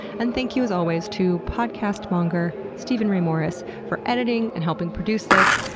and thank you as always to podcast monger steven ray morris for editing and helping produce this.